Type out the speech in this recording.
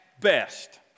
best